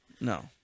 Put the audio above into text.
no